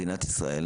מדינת ישראל